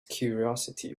curiosity